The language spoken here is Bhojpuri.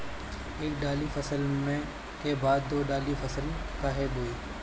एक दाली फसल के बाद दो डाली फसल काहे बोई?